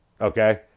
Okay